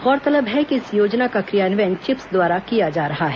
गौरतलब है कि इस योजना का क्रियान्वयन चिप्स द्वारा किया जा रहा है